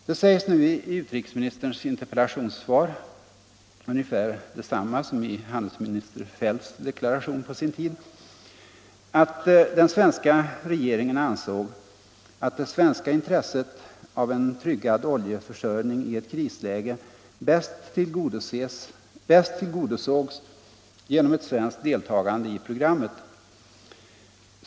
Det sägs nu i utrikesministerns interpellationssvar ungefär detsamma som i handelsminister Feldts deklaration på sin tid, nämligen att svenska regeringen ansåg att ”det svenska intresset av en tryggad oljeförsörjning i ett krisläge bäst tillgodosågs genom ett svenskt deltagande i programmet”.